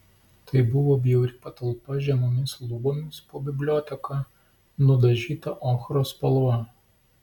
tai buvo bjauri patalpa žemomis lubomis po biblioteka nudažyta ochros spalva